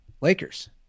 Lakers